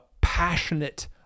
passionate